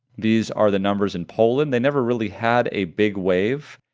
these are the numbers in poland. they never really had a big wave,